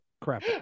crap